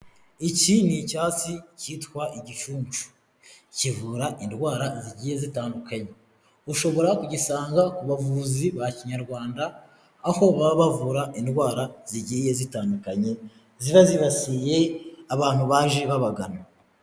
Iki ni icyatsi cyitwa igincunshu kivura indwara zigiye zitandukanye, ushobora kugisanga ku bavuzi ba kinyarwanda aho baba bavura indwara zigiye zitandukanye ziba zibasiye abantu baje babagana.